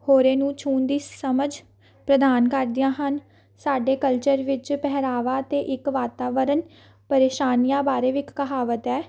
ਹੋਰੇ ਨੂੰ ਛੂਹਣ ਦੀ ਸਮਝ ਪ੍ਰਦਾਨ ਕਰਦੀਆਂ ਹਨ ਸਾਡੇ ਕਲਚਰ ਵਿੱਚ ਪਹਿਰਾਵਾ ਅਤੇ ਇੱਕ ਵਾਤਾਵਰਨ ਪਰੇਸ਼ਾਨੀਆਂ ਬਾਰੇ ਵੀ ਇੱਕ ਕਹਾਵਤ ਹੈ